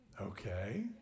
okay